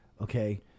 Okay